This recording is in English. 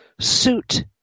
Suit